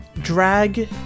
drag